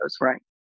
right